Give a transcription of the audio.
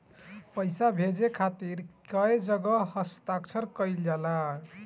पैसा भेजे के खातिर कै जगह हस्ताक्षर कैइल जाला?